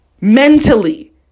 mentally